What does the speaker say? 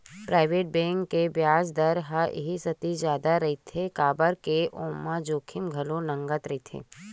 private bank के बियाज दर ह इहि सेती जादा रहिथे काबर के ओमा जोखिम घलो नँगत रहिथे